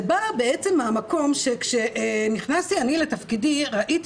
זה בא בעצם מהמקום שכשנכנסתי אני לתפקידי ראיתי